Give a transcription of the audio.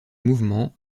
mouvement